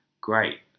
Great